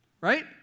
right